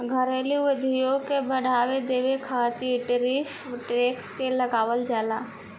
घरेलू उद्योग के बढ़ावा देबे खातिर टैरिफ टैक्स के लगावल जाला